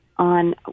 on